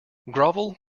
grovel